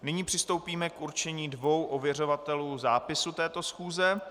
Nyní přistoupíme k určení dvou ověřovatelů zápisu této schůze.